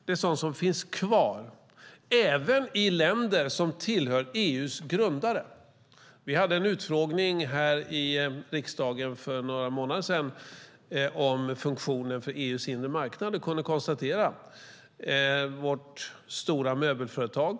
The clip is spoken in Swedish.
Det är sådant som finns kvar, även i länder som tillhör EU:s grundare. Vi hade en utfrågning i riksdagen för några månader sedan om funktionen för EU:s inre marknad. Vi diskuterade ett av våra stora möbelföretag.